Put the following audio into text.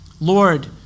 Lord